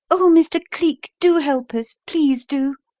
oh, mr. cleek, do help us please do,